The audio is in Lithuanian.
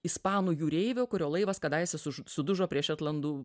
ispanų jūreivio kurio laivas kadaise sužu sudužo prie šetlandų